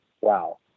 Wow